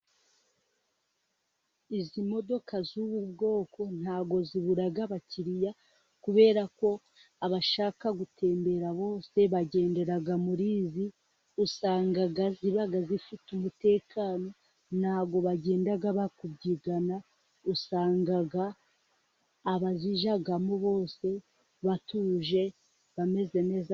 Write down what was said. Izi modoka zubu bwoko ntabwo zibura abakiriya, kubera ko abashaka gutembera bose bagendera murizi, usangaga zibaga zifite umutekano ntago bagenda bari kubyigana, usanga abazijyamo bose batuje bameze neza.